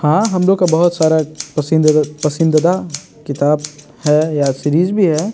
हाँ हम लोग का बहुत सारा पसंदीदा किताब है या सीरीज भी है